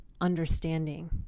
understanding